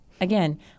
again